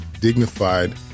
dignified